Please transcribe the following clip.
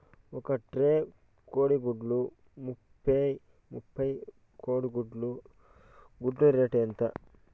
ఒక ట్రే కోడిగుడ్లు ముప్పై గుడ్లు కోడి గుడ్ల రేటు ఎంత?